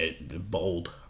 Bold